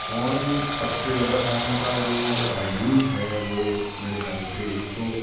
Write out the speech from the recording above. phone سب سے زیادہ فون کا جو یوز ہے وہ میرے خیال سے ایک تو